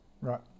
Right